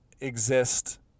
exist